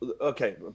okay